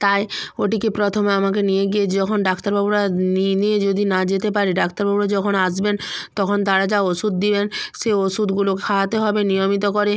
তাই ওটিকে প্রথমে আমাকে নিয়ে গিয়ে যখন ডাক্তারবাবুরা নিয়ে নিয়ে যদি না যেতে পারে ডাক্তারবাবুরা যখন আসবেন তখন তারা যা ওষুধ দিবেন সেই ওষুধগুলো খাওয়াতে হবে নিয়মিত করে